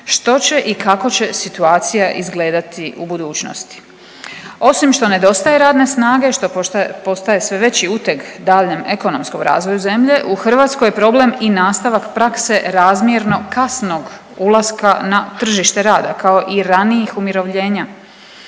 što će i kako će situacija izgledati u budućnosti? Osim što nedostaje radne snage, što postaje sve veći uteg daljnjem ekonomskom razvoju zemlje u Hrvatskoj je problem i nastavak prakse razmjerno kasnog ulaska na tržište rada kao i ranijih umirovljenja.